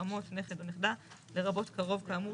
חם, חמות, נכד או נכדה, לרבות קרוב כאמור